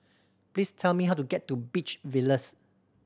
please tell me how to get to Beach Villas